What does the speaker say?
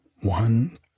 One